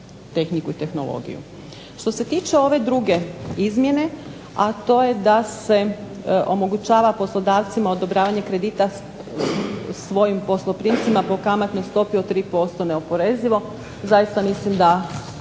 tehniku i tehnologiju. Što se tiče ove druge izmjene, a to je da se omogućava poslodavcima odobravanje kredita svojim posloprimcima po kamatnoj stopi od 3% neoporezivo, zaista mislim da